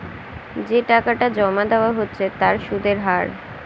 যে টাকাটা জমা দেওয়া হচ্ছে তার সুদের হার